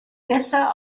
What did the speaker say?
besser